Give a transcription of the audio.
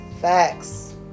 Facts